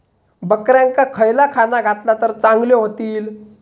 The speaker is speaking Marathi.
बकऱ्यांका खयला खाणा घातला तर चांगल्यो व्हतील?